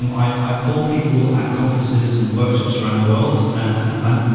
i polled people at conferences and workshops around the world and and